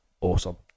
awesome